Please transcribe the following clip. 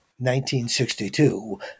1962